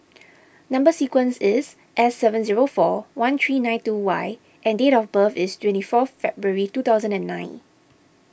Number Sequence is S seven zero four one three nine two Y and date of birth is twenty four February two thousand and nine